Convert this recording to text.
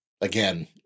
again